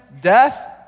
death